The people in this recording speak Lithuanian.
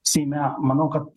seime manau kad